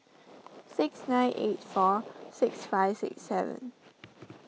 six nine eight four six five six seven